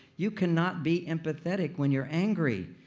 you cannot be empathetic when you're angry.